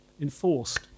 enforced